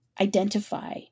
identify